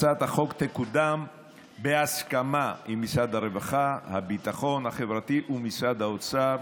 הצעת החוק תקודם בהסכמה עם משרד הרווחה והביטחון החברתי ומשרד האוצר.